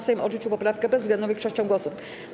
Sejm odrzucił poprawkę bezwzględną większością głosów.